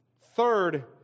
Third